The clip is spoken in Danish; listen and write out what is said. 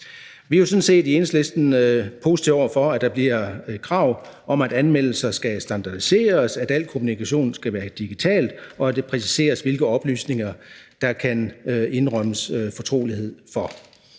jo sådan set positive over for, at der bliver krav om, at anmeldelser skal standardiseres, at al kommunikation skal være digital, og at det præciseres, hvilke oplysninger der kan indrømmes fortrolighed for.